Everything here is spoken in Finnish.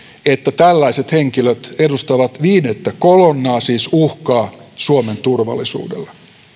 että tällaiset henkilöt edustavat viidettä kolonnaa siis uhkaa suomen turvallisuudelle